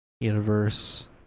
universe